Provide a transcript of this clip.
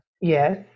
Yes